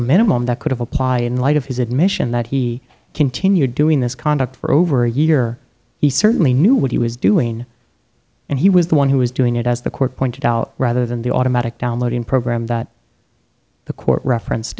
minimum that could have applied in light of his admission that he continued doing this conduct for over a year he certainly knew what he was doing and he was the one who was doing it as the court pointed out rather than the automatic downloading program that the court referenced